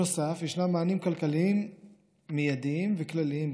נוסף על כך יש מענים כלכליים מיידיים וכלליים,